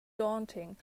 daunting